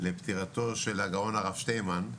לפטירתו של הגאון הרב שטיינמן,